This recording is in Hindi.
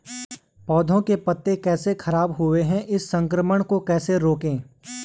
पौधों के पत्ते कैसे खराब हुए हैं इस संक्रमण को कैसे रोकें?